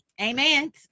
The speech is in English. Amen